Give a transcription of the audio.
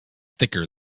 thicker